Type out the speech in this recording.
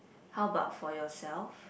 how about for yourself